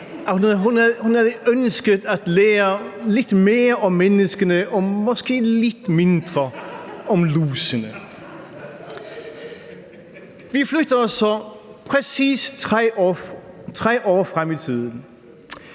hun havde ønsket at lære lidt mere om menneskene og måske lidt mindre om lusene. Vi flytter os så præcis 3 år frem i tiden.